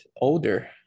older